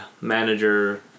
manager